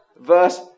verse